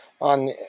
on